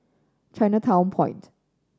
Chinatown Point